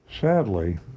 Sadly